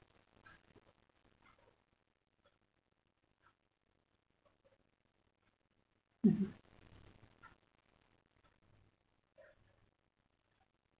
mmhmm